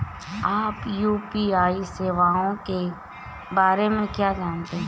आप यू.पी.आई सेवाओं के बारे में क्या जानते हैं?